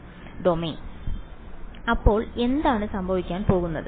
വിദ്യാർത്ഥി domain domain അപ്പോൾ എന്താണ് സംഭവിക്കാൻ പോകുന്നത്